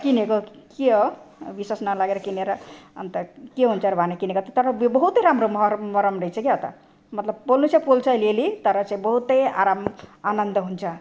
किनेको कि हो विश्वास नलागेर किनेर अन्त के हुन्छ र भनेर किनेको त तर यो बहुतै राम्रो महरम महरम रहेछ क्याउ त मतलब पोल्नु चाहिँ पोल्छ अलिअलि तर चाहिँ बहुतै आराम आनन्द हुन्छ